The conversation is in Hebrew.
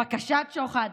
בקשת שוחד,